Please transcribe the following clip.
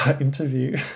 interview